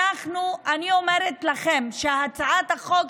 אני אומרת לכם שהצעת החוק,